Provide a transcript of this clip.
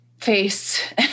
face